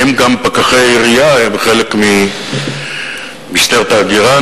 האם גם פקחי עירייה הם חלק ממשטרת ההגירה,